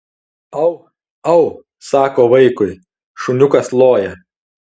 au au sako vaikui šuniukas loja